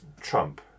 Trump